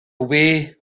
away